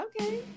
okay